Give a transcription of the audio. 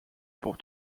pour